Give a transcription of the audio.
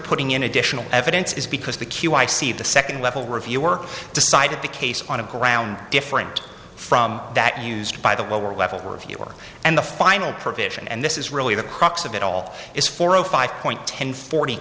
putting in additional evidence is because the q i see the second level review work decided the case on the ground different from that used by the lower levels were of your work and the final provision and this is really the crux of it all is for zero five point ten forty